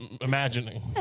imagining